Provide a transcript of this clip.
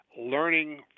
learning